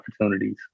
opportunities